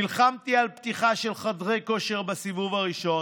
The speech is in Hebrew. נלחמתי על פתיחה של חדרי כושר בסיבוב הראשון,